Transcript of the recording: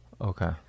Okay